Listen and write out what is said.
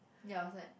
ya I was like